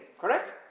correct